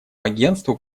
агентству